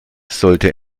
sollte